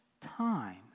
time